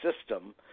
system